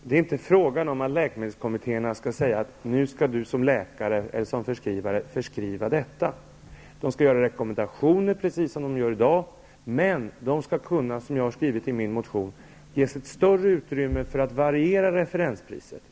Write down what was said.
Herr talman! Det är inte fråga om att läkemedelskommittéerna skall säga att en läkare skall förskriva ett visst läkemedel. De skall ge rekommendationer, precis som i dag, men de skall, som jag har skrivit i min motion, ges ett större utrymme att variera referenspriset.